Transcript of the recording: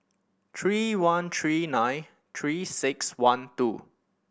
three one three nine Three Six One two